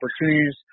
opportunities